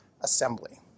assembly